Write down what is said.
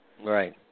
Right